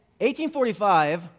1845